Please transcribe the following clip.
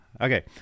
Okay